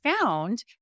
found